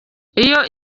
iyo